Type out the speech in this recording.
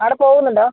അവിടെ പോവുന്നുണ്ടോ